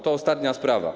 To ostatnia sprawa.